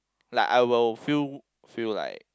like I will feel feel like